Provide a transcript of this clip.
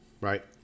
right